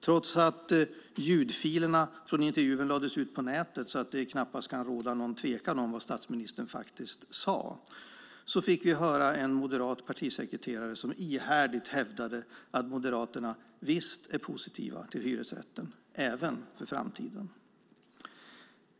Trots att ljudfilerna från intervjun lades ut på nätet, så att det knappast kan råda någon tvekan om vad statsministern faktiskt sade, fick vi höra en moderat partisekreterare ihärdigt hävda att Moderaterna visst är positiva till hyresrätten, även för framtiden.